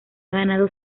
ganado